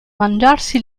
mangiarsi